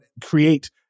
create